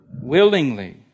Willingly